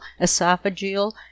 esophageal